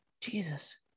Jesus